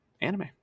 anime